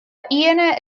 aíonna